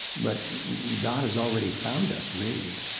but god has already found us, really.